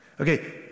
Okay